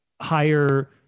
higher